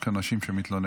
יש כאן נשים שמתלוננות.